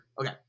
Okay